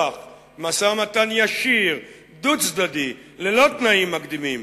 משא-ומתן ישיר דו-צדדי ללא תנאים מקדימים,